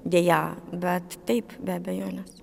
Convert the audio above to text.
deja bet taip be abejonės